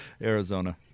Arizona